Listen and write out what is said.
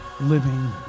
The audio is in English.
living